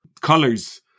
colors